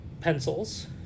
pencils